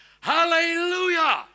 Hallelujah